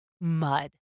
mud